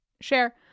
share